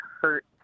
hurt